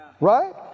right